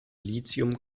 lithium